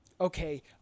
okay